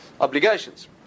obligations